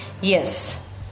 Yes